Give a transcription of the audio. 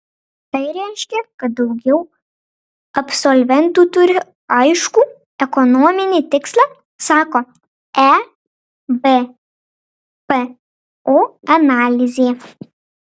tai reiškia kad daugiau absolventų turi aiškų ekonominį tikslą sako ebpo analizė